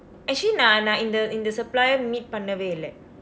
actually நான் நான் இந்த இந்த:naan naan indtha indtha supplier meet பண்ணவே இல்லை:pannavee illai